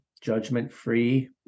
judgment-free